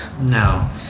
No